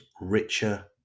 richer